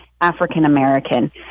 African-American